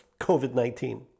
COVID-19